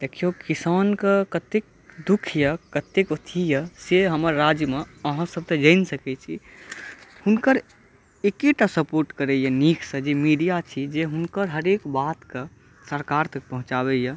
देखियौ किसानके कतेक दुख अछि कतेक ओथीये से हमर राज्यमे अहाँसब तऽ जानि सकै छी हुनकर एकेटा सपोर्ट करैया नीकसॅं जे मीडिया छियै जे हुनकर हरेक बातके सरकार तक पहुँचाबैया